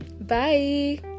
Bye